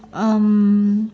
um